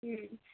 হুম